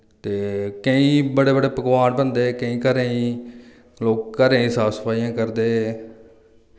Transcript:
ते केईं बड़े बड़े पकवान बन दे केईं घरें ई लोक घरें दी साफ सफाइयां करदे